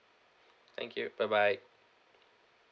thank you bye bye